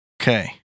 Okay